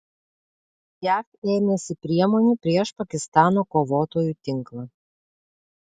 jav ėmėsi priemonių prieš pakistano kovotojų tinklą